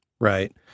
Right